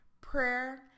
prayer